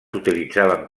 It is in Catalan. utilitzaven